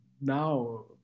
now